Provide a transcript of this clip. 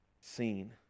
seen